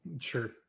Sure